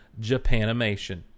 Japanimation